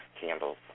candles